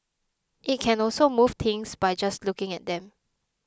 it can also move things by just looking at them